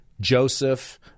Joseph